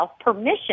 permission